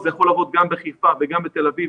זה יכול לעבוד גם בחיפה וגם בתל אביב.